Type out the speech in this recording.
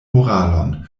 moralon